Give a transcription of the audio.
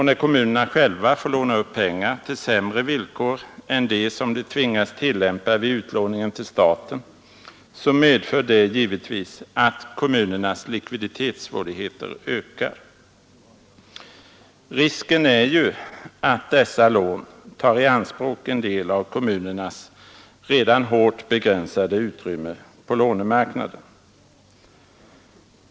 När kommunerna själva får låna upp pengar på sämre villkor än vad de tvingas tillämpa vid utlåning till staten medför det givetvis att kommunernas likviditetssvårigheter ökar. Risken är att dessa lån tar i anspråk en del av kommunernas redan hårt begränsade utrymme på lånemarknaden.